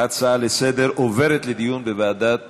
ההצעות לסדר-היום עוברות לדיון בוועדת